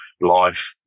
life